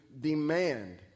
demand